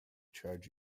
charge